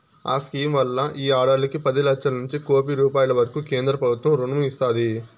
ఈ స్కీమ్ వల్ల ఈ ఆడోల్లకి పది లచ్చలనుంచి కోపి రూపాయిల వరకూ కేంద్రబుత్వం రుణం ఇస్తాది